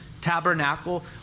tabernacle